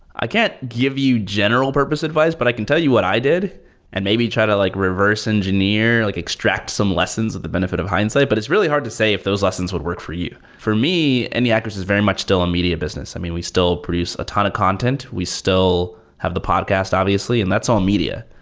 i can't give you general-purpose advice, but i can tell you what i did and maybe try to like reverse engineer, like extract some lessons of the benefit of hindsight. but it's really hard to say if those lessons would work for you. for me, and indie hackers is very much still a media business. i mean, we still produce a ton of content. we still have the podcast obviously, and that's all media.